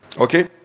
Okay